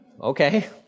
Okay